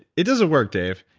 it doesn't work, dave.